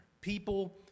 people